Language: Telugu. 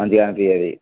మంచిగా అనిపియ్యది